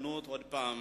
אותן